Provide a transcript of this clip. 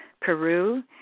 Peru